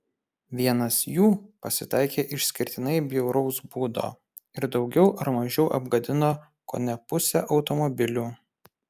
vienas jų pasitaikė išskirtinai bjauraus būdo ir daugiau ar mažiau apgadino kone pusę automobilių